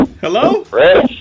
hello